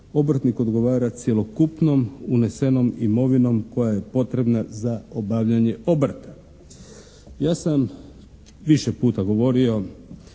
obrtnik odgovara cjelokupnom unesenom imovinom koja je potrebna za obavljanje obrta. Ja sam više puta govorio,